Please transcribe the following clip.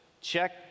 Check